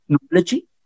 technology